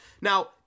Now